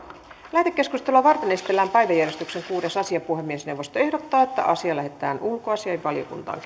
lähetekeskustelua varten esitellään päiväjärjestyksen kuudes asia puhemiesneuvosto ehdottaa että asia lähetetään ulkoasiainvaliokuntaan